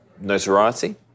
notoriety